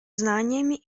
знаниями